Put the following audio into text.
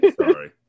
sorry